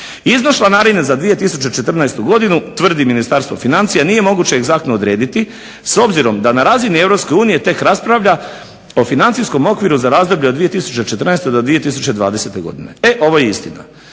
Iznos članarine za 2014. godinu tvrdi Ministarstvo financija nije moguće egzaktno odrediti s obzirom da na razini EU tek raspravlja o financijskom okviru za razdoblje od 2014. do 2020. godine. E ovo je istina.